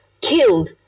killed